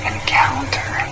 Encounter